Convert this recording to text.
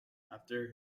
after